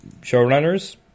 showrunners